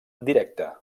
directa